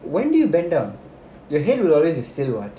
why you need to bend down your head will always be still [what]